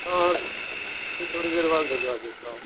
हाँ और फिर थोड़ी देर बाद भिजवा देता हूँ